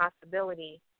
possibility